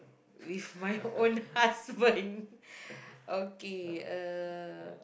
with my own husband okay uh